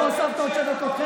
לא הוספת עוד שתי דקות.